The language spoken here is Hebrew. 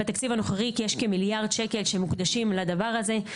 בתקציב הנוכחי יש כמיליארד שקל שמוקדשים לדבר הזה,